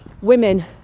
women